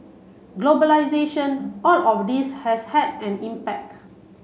globalisation all of this has had an impact